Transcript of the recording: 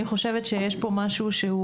אני חושבת שיש פה משהו שהוא